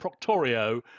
Proctorio